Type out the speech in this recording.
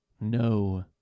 No